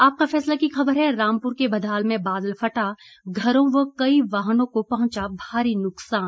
आपका फैसला की खबर है रामपुर के बधाल में बादल फटा घरों व कई वाहनों को पहुंचा भारी नुकसान